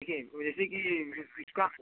देखिए तो जैसे कि इसका